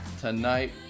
tonight